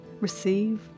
receive